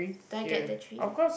do I get the three